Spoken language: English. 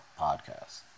podcast